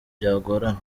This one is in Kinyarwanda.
byagorana